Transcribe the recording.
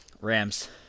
Rams